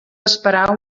esperar